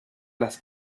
las